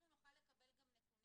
אנחנו נוכל לקבל גם נתונים,